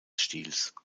stils